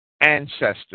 ancestor